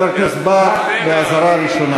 חבר הכנסת בר באזהרה ראשונה.